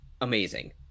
amazing